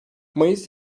mayıs